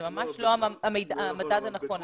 זה ממש לא המדד הנכון.